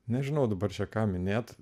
nežinau dabar čia ką minėti